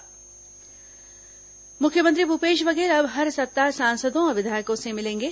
मुख्यमंत्री मुलाकात मुख्यमंत्री भूपेश बघेल अब हर सप्ताह सांसदों और विधायकों से मिलेंगे